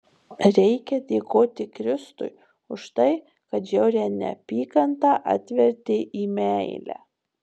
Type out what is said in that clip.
reikia dėkoti kristui už tai kad žiaurią neapykantą atvertė į meilę